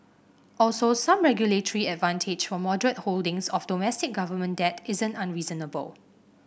also some regulatory advantage for moderate holdings of domestic government debt isn't unreasonable